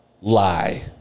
Lie